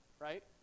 Right